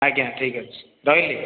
ଆଜ୍ଞା ଠିକ୍ ଅଛି ରହିଲି